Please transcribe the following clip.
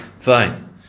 Fine